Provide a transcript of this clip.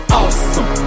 awesome